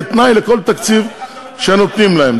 כתנאי לכל תקציב שנותנים להם.